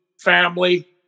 family